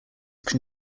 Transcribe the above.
can